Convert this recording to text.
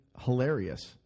hilarious